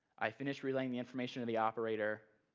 i finish relaying the information to the operator,